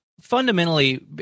fundamentally